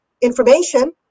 information